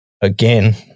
Again